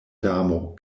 damo